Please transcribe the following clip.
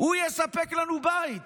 הוא יספק לנו בית